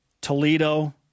Toledo